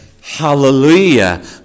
hallelujah